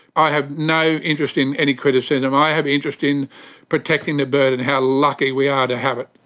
i have no interest in any criticism. i have interest in protecting the bird and how lucky we are to have it.